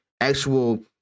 actual